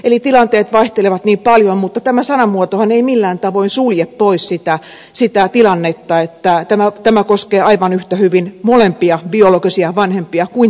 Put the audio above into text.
eli tilanteet vaihtelevat niin paljon mutta tämä sanamuotohan ei millään tavoin sulje pois sitä tilannetta että tämä koskee aivan yhtä hyvin molempia biologisia vanhempia kuin toistakin